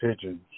pigeons